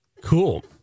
Cool